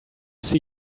see